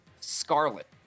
Scarlet